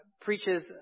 preaches